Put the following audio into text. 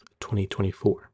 2024